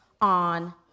on